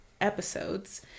episodes